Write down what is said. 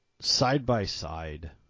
side-by-side